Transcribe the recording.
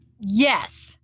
Yes